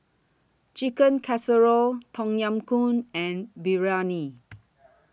Chicken Casserole Tom Yam Goong and Biryani